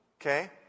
Okay